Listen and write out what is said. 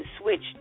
switch